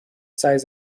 سایز